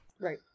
right